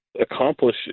accomplish